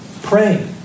Pray